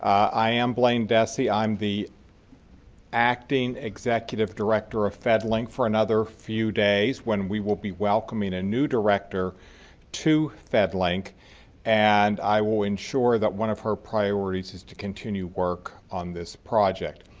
i am blane dessey. i'm the acting executive director of fedlink for another few days when we will be welcoming a new director to fedlink and i will ensure that one of her priorities is to continue work on this project,